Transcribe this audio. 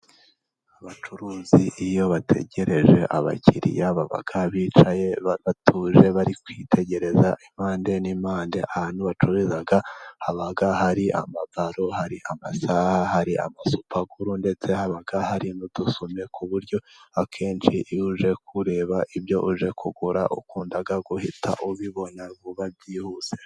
Abacuruzi iyo bategereje abakiriya baba bicaye batuje bari kwitegereza impande n'impande, ahantu bacururiza haba hari amabaro, hari amasaha, hari amasupaguru, ndetse haba hari udusume, ku buryo akenshi iyo uje kureba ibyo uje kugura ukunda, uhita ubibona vuba byihuse.